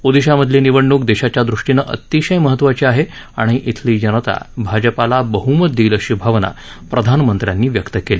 ओदिशामधली निवडणूक देशाच्या दृष्टीनं अतिशय महत्त्वाची आहे आणि धिली जनता भाजपाला बह्मत देईल अशी भावना प्रधानमंत्र्यांनी व्यक्त केली